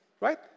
Right